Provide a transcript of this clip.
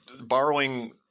borrowing